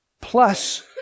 plus